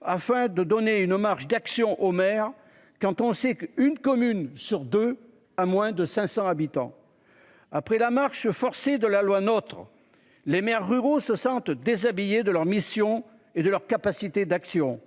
afin de donner une marge d'action aux maires quand on sait qu'une commune sur deux à moins de 500 habitants. Après la marche forcée de la loi notre les maires ruraux se sentent déshabillé de leur mission et de leur capacité d'action